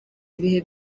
ibihe